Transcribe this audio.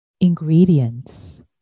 ingredients